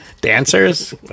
dancers